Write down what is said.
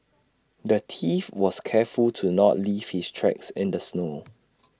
the thief was careful to not leave his tracks in the snow